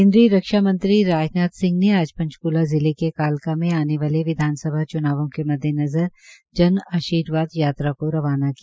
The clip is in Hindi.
केन्द्रीय रक्षा मंत्री राजनाथ सिंह ने आज पंचकूला जिले के कालका में आने वाले विधानसभाओं के मद्देनज़र जन आर्शीवाद यात्रा को रवाना किया